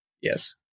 Yes